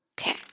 okay